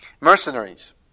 mercenaries